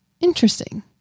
Interesting